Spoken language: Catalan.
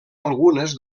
algunes